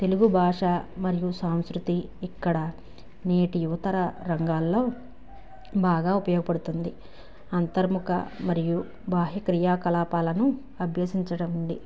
తెలుగు భాష మరియు సాంస్కృతి ఇక్కడ నేటి యువతర రంగాల్లో బాగా ఉపయోగపడుతుంది అంతర్ముఖ మరియు బాహ్య క్రియాకలాపాలను అభ్యసించడండి